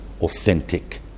authentic